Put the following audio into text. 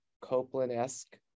Copeland-esque